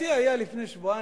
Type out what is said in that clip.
השיא היה לפני שבועיים,